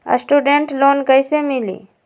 Student loan कैसे मिली?